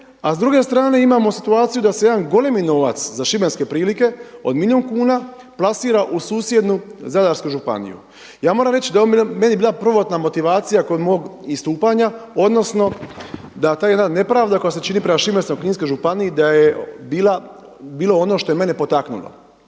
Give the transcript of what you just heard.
a s druge strane imamo situaciju da se jedan golemi novac za šibenske prilike od milijun kuna plasira u susjednu Zadarsku županiju. Ja moram reći da je ovo meni bila prvotna motivacija kod mog istupanja, odnosno da ta jedna nepravda koja se čini prema Šibensko-kninskoj županiji da je bila, bilo ono što je mene potaknulo.